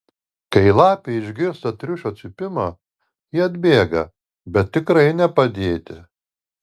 kai lapė išgirsta triušio cypimą ji atbėga bet tikrai ne padėti